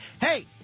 hey